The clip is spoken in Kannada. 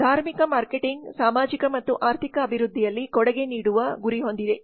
ಧಾರ್ಮಿಕ ಮಾರ್ಕೆಟಿಂಗ್ ಸಾಮಾಜಿಕ ಮತ್ತು ಆರ್ಥಿಕ ಅಭಿವೃದ್ಧಿಯಲ್ಲಿ ಕೊಡುಗೆ ನೀಡುವ ಗುರಿ ಹೊಂದಿದೆ